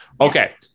Okay